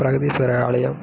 பிரகதீஸ்வரர் ஆலயம்